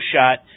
shot